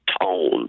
tone